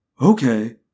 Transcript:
Okay